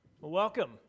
Welcome